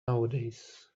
nowadays